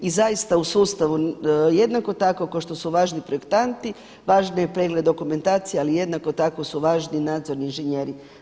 I zaista u sustavu jednako tako kao što su važni projektanti važno je i pregled dokumentacije, ali jednako tako su važni i nadzorni inženjeri.